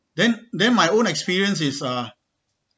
then then my own experience is uh